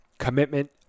commitment